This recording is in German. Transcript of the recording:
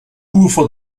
ufer